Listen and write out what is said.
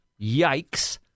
Yikes